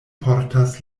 portas